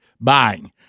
buying